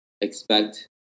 expect